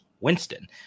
Winston